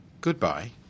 Goodbye